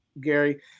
Gary